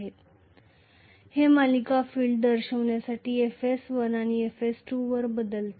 तर मी F1 F2 म्हणून दाखल केलेल्या शंटला संबोधित करू कदाचित येथे देखील मी हे सिरीजफील्ड दर्शविण्यासाठी FS1 आणि FS2 वर बदलते